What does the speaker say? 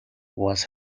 was